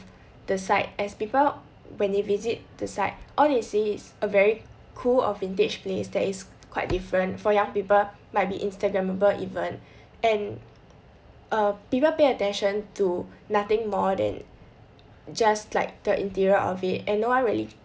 the site as before when they visit the site all they see is a very cool of vintage place there is quite different for young people might be instagrammable event and err people pay attention to nothing more than just like the interior of it and no one really